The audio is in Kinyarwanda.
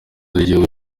by’igihugu